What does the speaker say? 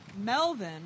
Melvin